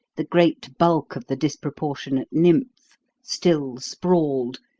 the great bulk of the disproportionate nymph still sprawled,